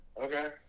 Okay